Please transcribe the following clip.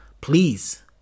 please